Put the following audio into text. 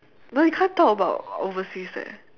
no you can't talk about overseas eh